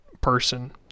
person